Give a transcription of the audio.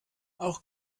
auch